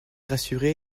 rassurer